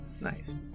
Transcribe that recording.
Nice